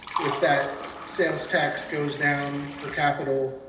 if that sales tax goes down for capital,